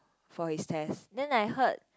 for his test then I heard